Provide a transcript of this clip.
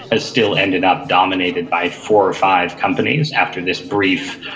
has still ended up dominated by four or five companies after this brief,